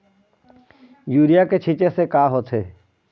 Urea के छींचे से का होथे?